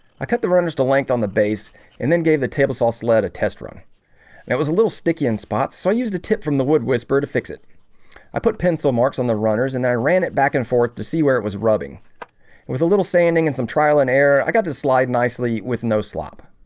i cut the runners delight on the base and then gave the table saw sled a test run and it was a little sticky in spots. so i used the tip from the wood whisperer to fix it i put pencil marks on the runners and i ran it back and forth to see where it was rubbing with a little sanding and some trial and error i got to slide nicely with no slop